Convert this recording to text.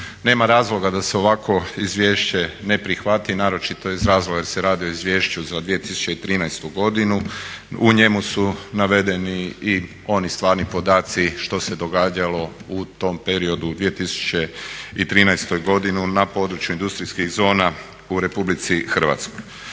Nema razloga da se ovako izvješće ne prihvati naročito iz razloga jer se radi o izvješću za 2013. godinu, u njemu su navedeni i oni stvarni podaci što se događalo u tom periodu 2013. godini na području industrijskih zona u RH. Zato